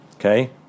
Okay